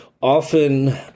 often